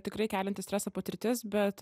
tikrai kelianti stresą patirtis bet